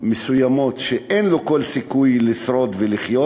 מסוימות אין לו כל סיכוי לשרוד ולחיות.